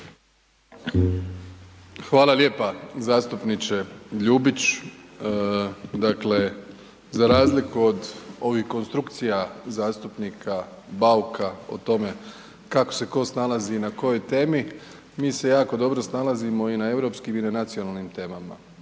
Hvala lijepa zastupniče Ljubić. Dakle za razliku od ovih konstrukcija zastupnika Bauka o tome kako se tko snalazi i na kojoj temi, mi se jako dobro snalazimo i na europskim i na nacionalnim temama